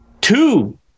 two